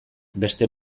beste